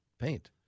paint